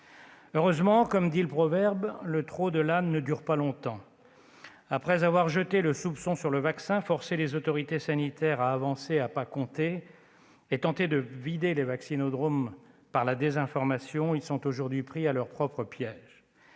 Heureusement, comme dit le proverbe, le trot de l'âne ne dure pas longtemps. Après avoir jeté le soupçon sur le vaccin, forcé les autorités sanitaires à avancer à pas comptés et tenté de vider les vaccinodromes grâce à la désinformation, ils sont aujourd'hui pris à leur propre piège.